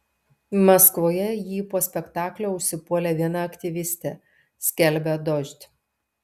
maskvoje jį po spektaklio užsipuolė viena aktyvistė skelbia dožd